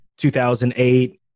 2008